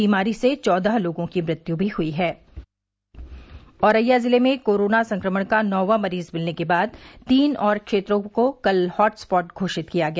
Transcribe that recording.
बीमारी से चौदह लोगों की मृत्यु भी हुई है औरैया जिले में कोरोना संक्रमण का नौवां मरीज मिलने के बाद तीन और क्षेत्रों को कल हॉटस्पॉट घोषित किया गया